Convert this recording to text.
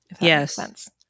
Yes